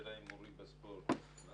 הישיבה ננעלה בשעה 10:35.